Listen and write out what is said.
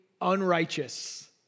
unrighteous